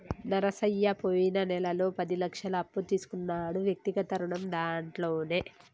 నరసయ్య పోయిన నెలలో పది లక్షల అప్పు తీసుకున్నాడు వ్యక్తిగత రుణం దాంట్లోనే